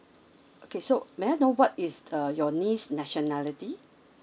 okay so may I know what is uh your niece's nationality